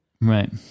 right